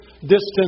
distance